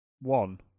One